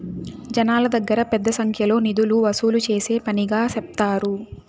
జనాల దగ్గర పెద్ద సంఖ్యలో నిధులు వసూలు చేసే పనిగా సెప్తారు